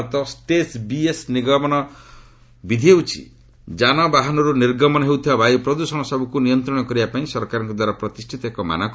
Bharat stage BS ନିଗର୍ମନ ବିଧି ହେଉଛି ଯାନବାହାନରୁ ନିର୍ଗମନ ହେଉଥିବା ବାୟୁ ପ୍ରଦୂଷଣ ସବୁକୁ ନିୟନ୍ତ୍ରଣ କରିବା ପାଇଁ ସରକାରଙ୍କ ଦ୍ୱାରା ପ୍ରତିଷ୍ଠିତ ଏକ ମାନକ